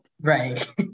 Right